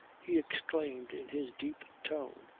he exclaimed in his deep tone,